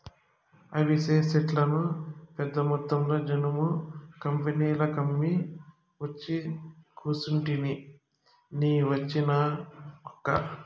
అవిసె సెట్లను పెద్దమొత్తంలో జనుము కంపెనీలకమ్మి ఒచ్చి కూసుంటిని నీ వచ్చినావక్కా